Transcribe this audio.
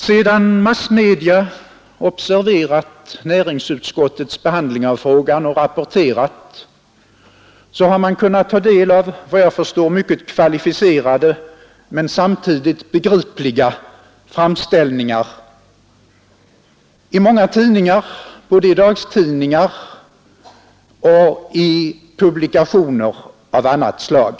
Sedan massmedia observerat och rapporterat näringsutskottets behandling av frågan har man kunnat ta del av såvitt jag förstår mycket kvalificerade men samtidigt begripliga framställningar i många tidningar, både i dagstidningar och i publikationer av annat slag.